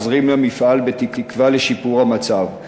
מזרים למפעל בתקווה לשיפור המצב.